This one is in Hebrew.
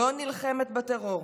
לא נלחמת בטרור.